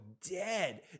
dead